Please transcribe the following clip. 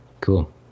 Cool